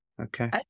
Okay